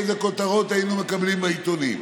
איזה כותרות היינו מקבלים בעיתונים.